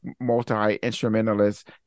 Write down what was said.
multi-instrumentalist